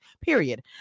period